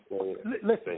Listen